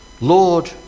Lord